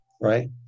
right